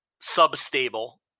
sub-stable